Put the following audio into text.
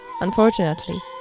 Unfortunately